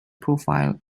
profile